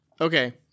Okay